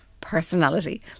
personality